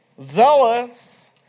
zealous